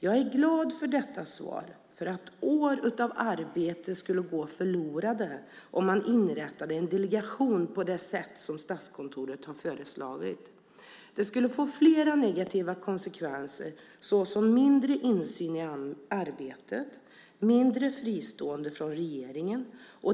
Jag är glad för detta svar, därför att år av arbete skulle gå förlorade om man inrättade en delegation på det sätt som Statskontoret har föreslagit. Det skulle få flera negativa konsekvenser såsom mindre insyn i arbetet och mindre fristående från regeringen.